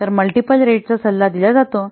तर multiple rate चा सल्ला दिला जातो